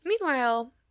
Meanwhile